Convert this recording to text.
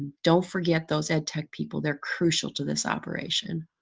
don't forget those edtech people. they're crucial to this operation.